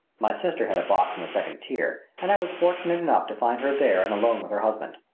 my sister had a box in the second tier and i was fortunate enough to find her there and alone with her husband.